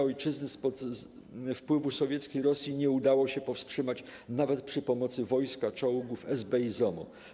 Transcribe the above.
Ojczyzny spod wpływu sowieckiej Rosji nie udało się powstrzymać nawet przy pomocy wojska, czołgów, SB i ZOMO.